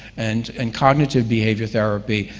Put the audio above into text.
and and cognitive behavior therapy,